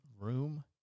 room